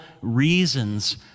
reasons